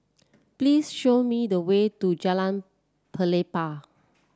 please show me the way to Jalan Pelepah